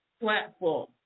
platform